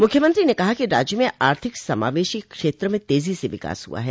मुख्यमंत्री ने कहा कि राज्य में आर्थिक समावेशी क्षेत्र में तेजी से विकास हुआ है